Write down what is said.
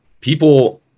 people